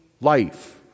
life